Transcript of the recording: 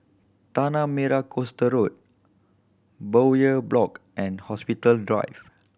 Tanah Merah Coast Road Bowyer Block and Hospital Drive